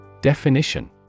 definition